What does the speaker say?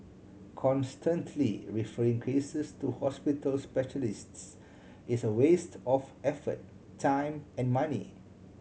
constantly referring cases to hospital specialists is a waste of effort time and money